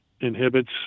inhibits